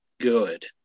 good